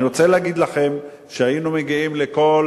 אני רוצה להגיד לכם שהיינו מגיעים לכל